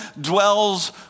dwells